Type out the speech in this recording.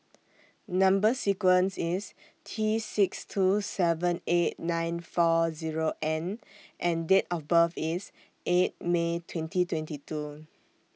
Number sequence IS T six two seven eight nine four Zero N and Date of birth IS eight May twenty twenty two